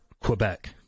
Quebec